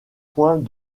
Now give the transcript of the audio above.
points